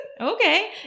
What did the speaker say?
Okay